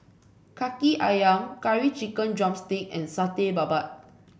kaki ayam Curry Chicken drumstick and Satay Babat